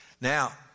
Now